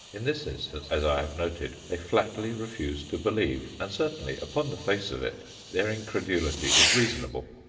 in this instance, as i have noted, they flatly refuse to believe, and certainly upon the face of it their incredulity is reasonable.